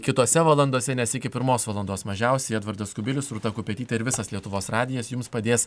kitose valandose nes iki pirmos valandos mažiausiai edvardas kubilius rūta kupetytė ir visas lietuvos radijas jums padės